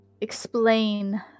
explain